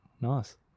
nice